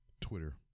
twitter